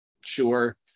Sure